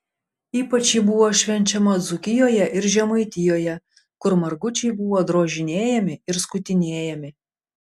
ypač ji buvo švenčiama dzūkijoje ir žemaitijoje kur margučiai buvo drožinėjami ir skutinėjami